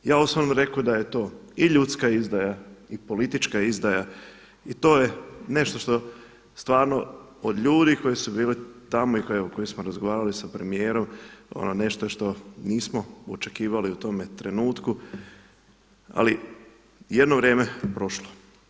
Ja sam osobno rekao da je to i ljudska izdaja i politička izdaja i to je nešto što stvarno od ljudi koji su bili tamo i evo koji smo razgovarali sa premijerom ono nešto je što nismo očekivali u tome trenutku, ali jedno vrijeme prošlo.